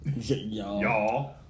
y'all